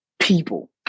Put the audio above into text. people